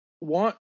want